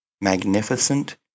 magnificent